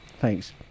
Thanks